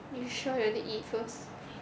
you sure you want to eat first